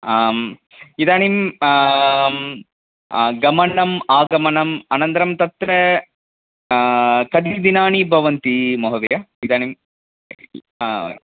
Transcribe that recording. आम् इदानीं गमनम् आगमनम् अनन्तरं तत्र कति दिनानि भवन्ति महोदय इदानीं हा